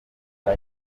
cya